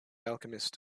alchemist